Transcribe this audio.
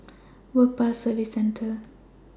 Work Pass Services Centre